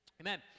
amen